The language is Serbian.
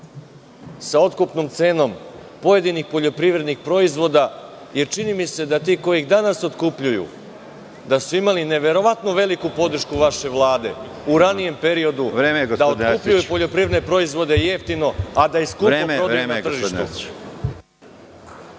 sa otkupnom cenom pojedinih poljoprivrednih proizvoda, jer čini mi se da ti koji ih danas otkupljuju, da su imali neverovatno veliku podršku vaše Vlade, u ranijem periodu da otkupljuju poljoprivredne proizvode jeftino a da ih skupo prodaju na tržištu.